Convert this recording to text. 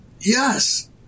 Yes